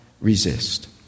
resist